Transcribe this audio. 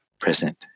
present